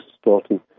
starting